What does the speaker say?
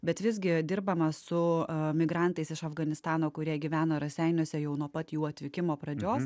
bet visgi dirbama su migrantais iš afganistano kurie gyvena raseiniuose jau nuo pat jų atvykimo pradžios